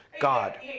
God